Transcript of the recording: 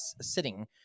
sitting